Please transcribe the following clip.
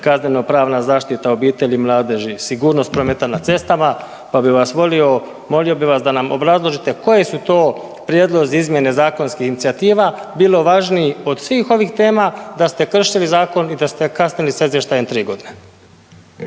kazneno-pravna zaštita obitelji i mladeži, sigurnost prometa na cestama, pa bih vas molio, molio bih vas da nam obrazložite koji su to prijedlozi izmjene zakonskih inicijativa bilo važniji od svih ovih tema da ste kršili zakon i da ste kasnili sa izvještajem tri godine.